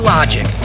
Logic